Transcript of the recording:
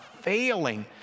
failing